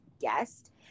guest